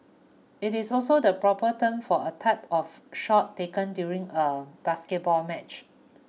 it is also the proper term for a type of shot taken during a basketball match